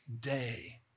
day